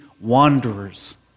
wanderers